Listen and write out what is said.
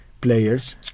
players